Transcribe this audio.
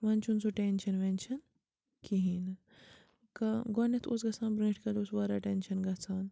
وۄنۍ چھُنہٕ سُہ ٹیٚنشَن ویٚنشَن کِہیٖنۍ نہٕ کانٛہہ گۄڈٕنیٚتھ اوس گژھان برٛونٛٹھ کالہِ اوس واریاہ ٹیٚنشَن گژھان